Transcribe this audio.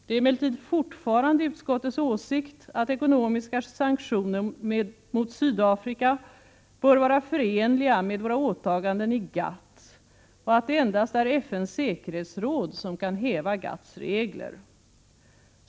Det är emellertid fortfarande utskottets åsikt att ekonomiska sanktioner mot Sydafrika bör vara förenliga med våra åtaganden i GATT och att det endast är FN:s säkerhetsråd som kan häva GATT:s regler.